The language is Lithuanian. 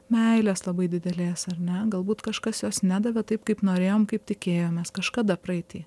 meilės labai didelės ar ne galbūt kažkas jos nedavė taip kaip norėjom kaip tikėjomės kažkada praeity